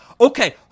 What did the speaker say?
okay